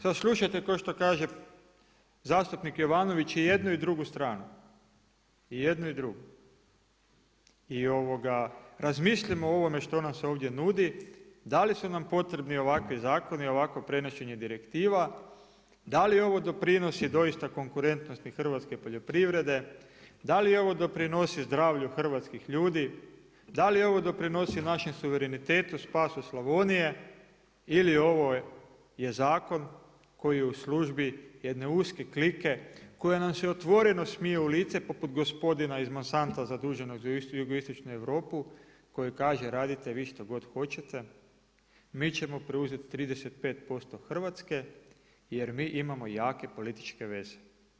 Sada slušajte kao što kaže zastupnik Jovanović je jednu i drugu stranu i jednu i drugu i razmislimo o ovome što nam se ovdje nudi, da li su nam potrebni ovakvi zakoni, ovakvo prenošenje direktiva, da li ovo doprinosi doista konkurentnosti hrvatske poljoprivrede, da li ovo doprinosi zdravlju hrvatskih ljudi, da li ovo doprinosi našem suverenitetu, spasu Slavonije ili ovo je Zakon koji je u službi jedne uske klike koja nam se otvoreno smije u lice poput gospodina iz Monsanta zaduženog za jugoistočnu Europu koji kaže radite vi što god hoćete, mi ćemo preuzeti 35% Hrvatske jer mi imamo jake političke veze?